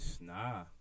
Nah